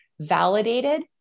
validated